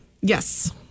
Yes